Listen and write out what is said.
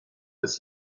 des